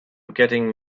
getting